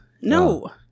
No